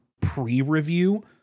pre-review